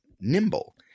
nimble